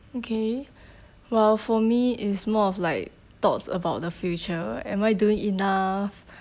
okay well for me is more of like thoughts about the future am I doing enough